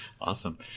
awesome